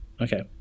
Okay